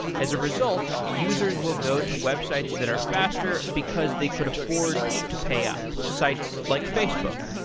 as a result, users will go to websites that are faster because they could afford to pay up sites like facebook.